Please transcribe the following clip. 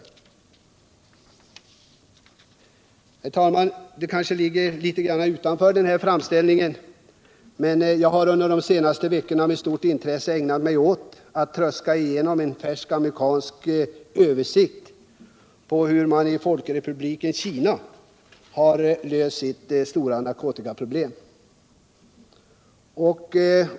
att stävja narkotikamissbruket Herr talman! Låt mig ta upp en sak som kanske ligger något utanför denna framställning! Jag har under de senaste veckorna med stort intresse ägnat mig åt att tröska igenom en färsk amerikansk översikt över hur man i Folkrepubliken Kina löst sitt stora narkotikaproblem.